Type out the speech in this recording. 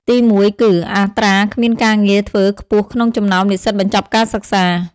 ទីមួយគឺ អត្រាគ្មានការងារធ្វើខ្ពស់ក្នុងចំណោមនិស្សិតបញ្ចប់ការសិក្សា។